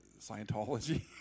Scientology